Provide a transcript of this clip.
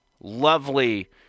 lovely